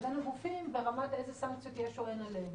הגופים ברמת איזה סנקציות יש או אין עליהם.